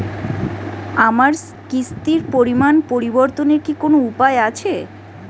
আমার কিস্তির পরিমাণ পরিবর্তনের কি কোনো উপায় আছে?